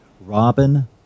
Robin